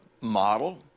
model